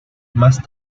más